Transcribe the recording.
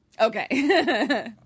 okay